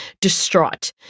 distraught